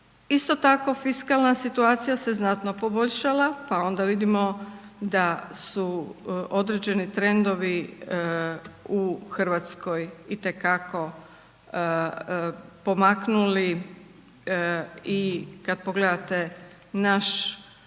Isto tako fiskalna situacija se znatno poboljšala pa onda vidimo da su određeni trendovi u Hrvatskoj itekako pomaknuli i kad pogledate naše